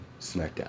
SmackDown